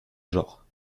genre